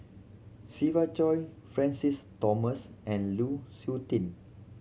Siva Choy Francis Thomas and Lu Suitin